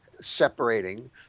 separating